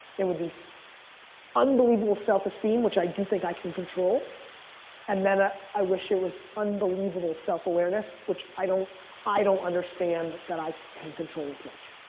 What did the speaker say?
it would be unbelievable self esteem which i do think i can control and then ah i wish it was unbelievable self awareness which i don't i don't understand that i can control as much.